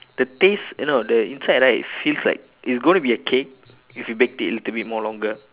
the taste eh no the inside right it feels like it's gonna be a cake if you baked it a little bit more longer